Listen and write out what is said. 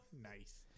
Nice